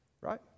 right